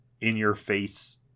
in-your-face